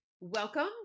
Welcome